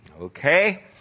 okay